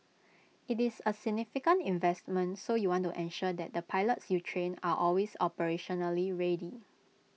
IT is A significant investment so you want to ensure that the pilots you train are always operationally ready